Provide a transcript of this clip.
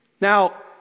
Now